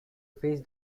face